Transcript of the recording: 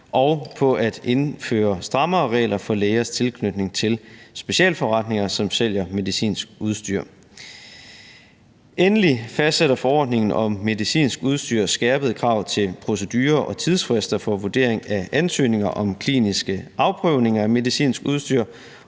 og at indføre strammere regler for lægers tilknytning til specialforretninger, som sælger medicinsk udstyr. Endelig fastsætter forordningen om medicinsk udstyr skærpede krav til procedurer og tidsfrister for vurdering af ansøgninger om kliniske afprøvninger af medicinsk udstyr